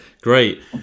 Great